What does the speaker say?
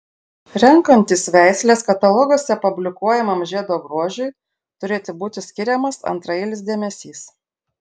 renkantis veisles kataloguose publikuojamam žiedo grožiui turėtų būti skiriamas antraeilis dėmesys